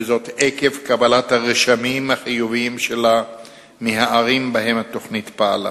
וזאת עקב קבלת הרשמים החיוביים שלה מהערים שבהן התוכנית פעלה.